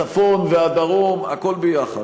הצפון והדרום, הכול ביחד.